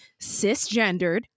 cisgendered